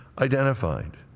identified